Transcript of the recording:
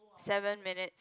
seven minutes